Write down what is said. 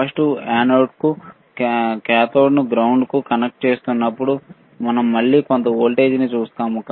positive యానోడ్కు కాథోడ్ను గ్రౌండ్కు కనెక్ట్ చేస్తున్నప్పుడు మనం మళ్ళీ కొంత ఓల్టేజ్ ని చూస్తాము